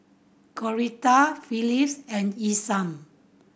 Coretta Phillis and Isam